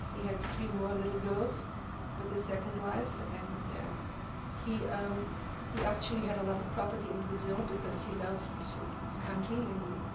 he had three more little girls with his second wife. and yeah he um he actually had a lot of property in brazil, because he loved the country. and